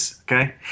Okay